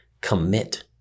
commit